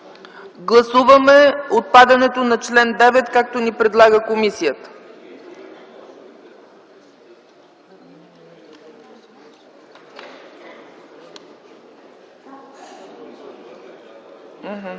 Гласуваме отпадането на чл. 9, както ни предлага комисията.